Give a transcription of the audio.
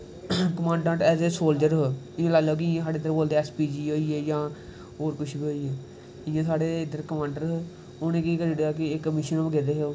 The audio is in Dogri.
कमांडैंट ऐज़ ए सोलज़र हे एह् गल्ल ऐ कि साढ़ै इद्धर बोलदे ऐस्स पी जी होई गे जां होर किश होर साढ़े कमांडर हे उ'नैं केह् करी ओड़ेआ कि इक मिशन पर गेदे हे